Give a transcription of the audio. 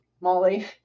Molly